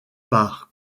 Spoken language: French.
par